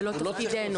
זה לא תפקידנו.